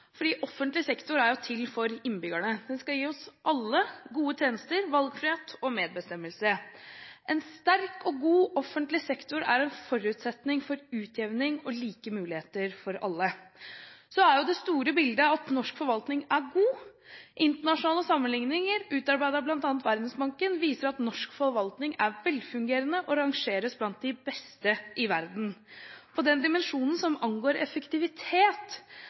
alle gode tjenester, valgfrihet og medbestemmelse. En sterk og god offentlig sektor er en forutsetning for utjevning og like muligheter for alle. I det store bildet er norsk forvaltning god. Internasjonale sammenlikninger, utarbeidet av bl.a. Verdensbanken, viser at norsk forvaltning er velfungerende og rangeres blant de beste i verden. For den dimensjonen som angår effektivitet,